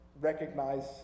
recognize